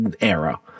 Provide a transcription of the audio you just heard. era